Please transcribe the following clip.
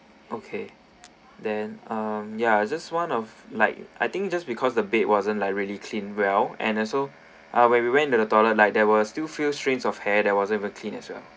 okay then um ya just one of like I think just because the bed wasn't like really clean well and also ah when we went to the toilet like there were still few strand of hair there wasn't even clean as well